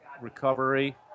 recovery